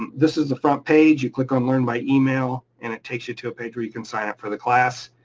this is the front page, you click on learn by email, and it takes you to a page where you can sign up for the class.